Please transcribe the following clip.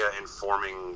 informing